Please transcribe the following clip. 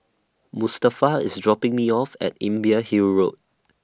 Mustafa IS dropping Me off At Imbiah Hill Road